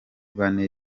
bane